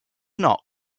not